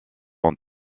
ont